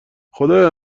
خدایا